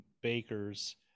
Baker's